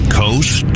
coast